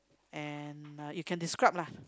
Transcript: and uh you can describe lah